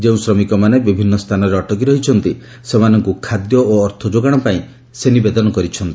ଯେଉଁ ଶ୍ରମିକମାନେ ବିଭିନ୍ନ ସ୍ଥାନରେ ଅଟକି ରହିଛନ୍ତି ସେମାନଙ୍କୁ ଖାଦ୍ୟ ଓ ଅର୍ଥ ଯୋଗାଣ ପାଇଁ ସେ ନିବେଦନ କରିଛନ୍ତି